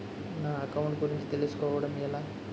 నా అకౌంట్ గురించి తెలుసు కోవడం ఎలా?